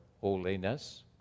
holiness